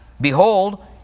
Behold